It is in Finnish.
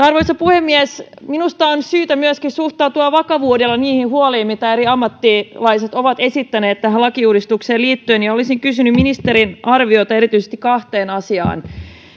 arvoisa puhemies minusta on syytä myöskin suhtautua vakavuudella niihin huoliin mitä eri ammattilaiset ovat esittäneet tähän lakiuudistukseen liittyen olisin kysynyt ministerin arviota erityisesti kahteen asiaan